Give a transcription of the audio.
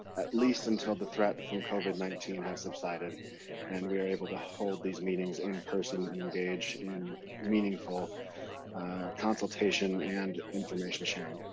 at least until the threat from covid nineteen has subsided and we are able to hold these meetings in-person and engage in meaningful consultation and information sharing.